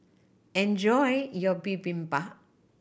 enjoy your Bibimbap